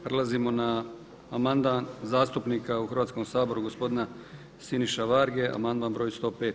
Prelazimo na amandman zastupnika u Hrvatskom saboru gospodina Siniše Varga amandman broj 105.